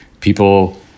people